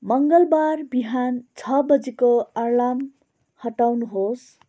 मङ्गलबार बिहान छ बजेको अलार्म हटाउनुहोस्